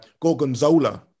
Gorgonzola